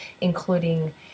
including